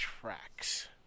tracks